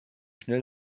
schnell